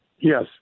Yes